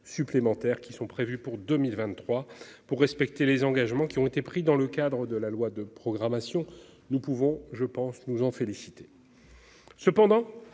supplémentaires sont ainsi prévus pour 2023 afin de respecter les engagements qui ont été pris dans le cadre de la loi de programmation. Nous pouvons, me semble-t-il, nous en féliciter.